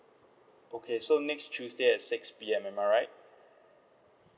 okay so next tuesday at six P_M am I right